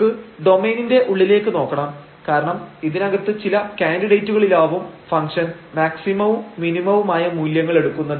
നമുക്ക് ഡൊമെയ്നിന്റെ ഉള്ളിലേക്ക് നോക്കണം കാരണം ഇതിനകത്ത് ചില കാന്ഡിഡേറ്റുകളിലാവും ഫംഗ്ഷൻ മാക്സിമവും മിനിമവുമായ മൂല്യങ്ങൾ എടുക്കുന്നത്